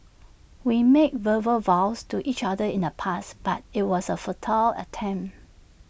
we made verbal vows to each other in the past but IT was A futile attempt